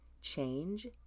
change